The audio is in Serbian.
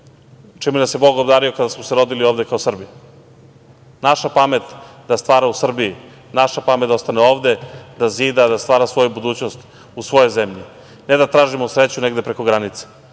čime nas je Bog obdario kada smo se rodili ovde kao Srbi. Naša pamet da stvara u Srbiji, naša pamet da ostane ovde, da zida, da stvara svoju budućnost u svojoj zemlji, a ne da tražimo sreću negde preko granice. Nigde